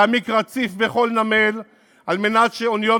להעמיק רציף בכל נמל על מנת שאוניות